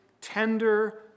tender